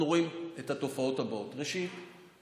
אנחנו רואים את התופעות הבאות: ראשית,